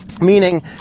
Meaning